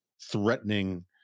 threatening